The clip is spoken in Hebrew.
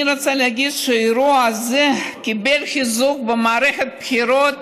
אני רוצה להגיד שהאירוע הזה קיבל חיזוק במערכת הבחירות